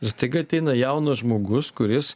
ir staiga ateina jaunas žmogus kuris